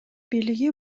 бийлиги